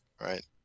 right